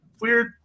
weird